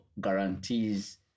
guarantees